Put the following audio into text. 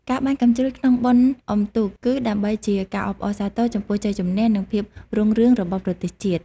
ការបាញ់កាំជ្រួចក្នុងបុណ្យអុំទូក គឺដើម្បីជាការអបអរសាទរចំពោះជ័យជម្នះ និងភាពរុងរឿងរបស់ប្រទេសជាតិ។